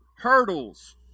hurdles